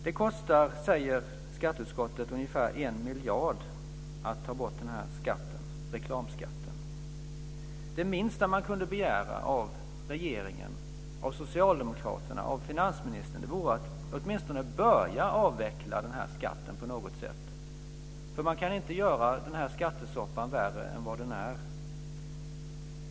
Det kostar, säger skatteutskottet, ungefär 1 miljard att ta bort reklamskatten. Det minsta man kunde begära av regeringen, socialdemokraterna och finansministern vore att de åtminstone börjar avveckla denna skatt på något sätt. Man kan inte göra denna skattesoppa värre än vad den är.